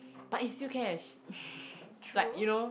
but it's still cash like you know